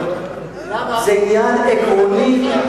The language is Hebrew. זה עניין עקרוני,